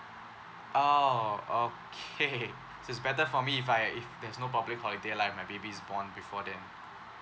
oh okay so it's better for me if I if there's no public holiday like my baby's born before then